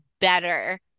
better